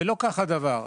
ולא כך הדבר.